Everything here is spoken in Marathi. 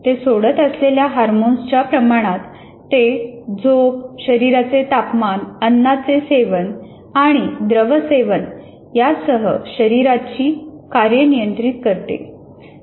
ते सोडत असलेल्या हार्मोन्सच्या प्रमाणात ते झोप शरीराचे तापमान अन्नाचे सेवन आणि द्रव सेवन यासह शरीराची कार्ये नियंत्रित करते